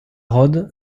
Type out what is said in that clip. rhôde